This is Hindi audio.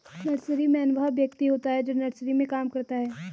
नर्सरीमैन वह व्यक्ति होता है जो नर्सरी में काम करता है